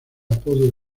apodo